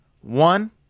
one